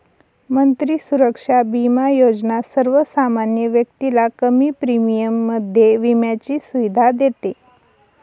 मंत्री सुरक्षा बिमा योजना सर्वसामान्य व्यक्तीला कमी प्रीमियम मध्ये विम्याची सुविधा देते